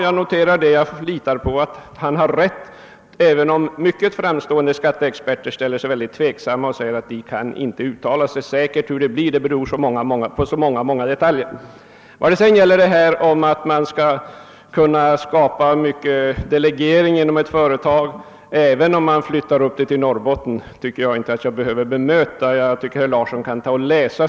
Jag noterar det och litar på att han har rätt, fastän många framstående skatteexperter har ställt sig tveksamma och sagt att de inte kan uttala sig säkert om saken. Det är så många detaljer som inverkar. Beträffande möjligheten att delegera uppgifter inom ett företag, även om huvudkontoret flyttar upp till Norrbotten, tycker jag inte att jag behöver bemöta herr Larssons uttalanden.